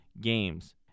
games